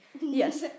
Yes